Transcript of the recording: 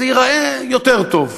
זה ייראה יותר טוב.